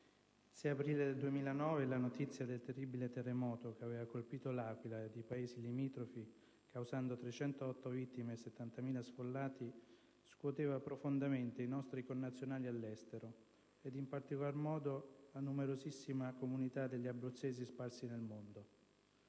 6 aprile 2009 la notizia del terribile terremoto che aveva colpito L'Aquila e i paesi limitrofi, causando 308 vittime e 70.000 sfollati, scuoteva profondamente i nostri connazionali all'estero, in particolar modo la numerosissima comunità degli abruzzesi sparsi nel mondo.